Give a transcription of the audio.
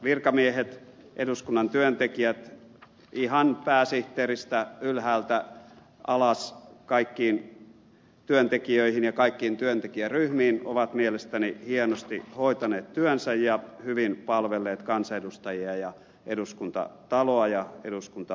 virkamiehet eduskunnan työntekijät ihan pääsihteeristä ylhäältä alas kaikkiin työntekijöihin ja kaikkiin työntekijäryhmiin ovat mielestäni hienosti hoitaneet työnsä ja hyvin palvelleet kansanedustajia ja eduskuntataloa ja eduskuntalaitosta